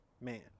man